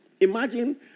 Imagine